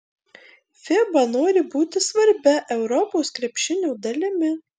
fiba nori būti svarbia europos krepšinio dalimi